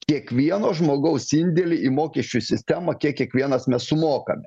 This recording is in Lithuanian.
kiekvieno žmogaus indėlį į mokesčių sistemą kiek kiekvienas mes sumokame